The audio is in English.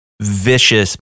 vicious